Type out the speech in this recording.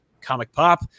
Comic-Pop